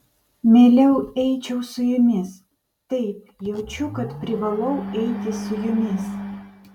mieliau eičiau su jumis taip jaučiu kad privalau eiti su jumis